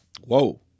Whoa